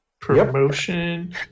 promotion